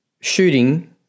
shooting